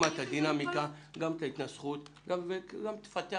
תלמד את הדינמיקה ואת ההתנסחות וגם תפתח